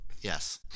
Yes